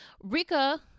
rika